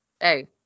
hey